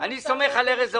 אני סומך על ארז אורעד,